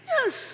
Yes